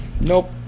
Nope